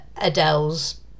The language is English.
adele's